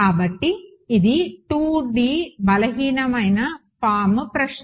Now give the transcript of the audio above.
కాబట్టి ఇది 2D బలహీనమైన ఫారమ్ ప్రశ్న